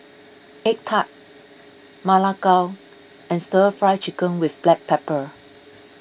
Egg Tart Ma Lai Gao and Stir Fry Chicken with Black Pepper